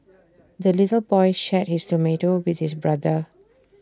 the little boy shared his tomato with his brother